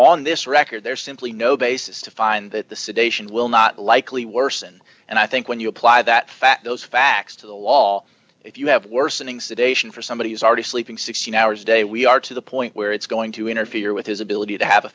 on this record there's simply no basis to find that the sedation will not likely worsen and i think when you apply that fact those facts to the law if you have worsening sedation for somebody who's already sleeping sixteen hours a day we are to the point where it's going to interfere with his ability to have a